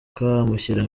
amushyira